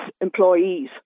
employees